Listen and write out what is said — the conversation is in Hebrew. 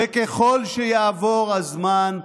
וככל שיעבור הזמן,